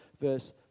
verse